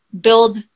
build